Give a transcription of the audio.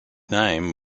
name